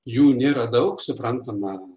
jų nėra daug suprantama